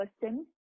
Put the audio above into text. person